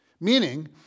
meaning